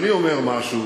אני אומר משהו,